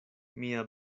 mia